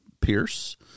Pierce